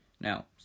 Now